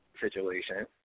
situation